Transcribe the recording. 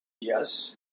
Yes